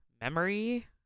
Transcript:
Memory